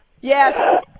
Yes